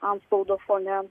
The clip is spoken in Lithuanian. antspaudo fone